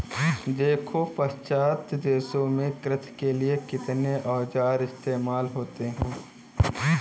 देखो पाश्चात्य देशों में कृषि के लिए कितने औजार इस्तेमाल होते हैं